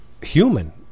human